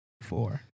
four